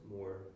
more